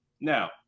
Now